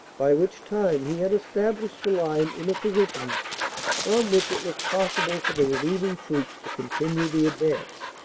by which time he had established the line in a position from which it was possible for the relieving troops to continue the advance.